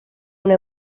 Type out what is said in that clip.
una